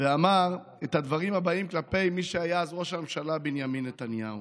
ואמר את הדברים הבאים כלפי מי שהיה אז ראש הממשלה בנימין נתניהו: